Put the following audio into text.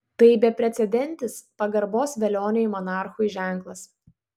tai beprecedentis pagarbos velioniui monarchui ženklas